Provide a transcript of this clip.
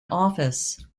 office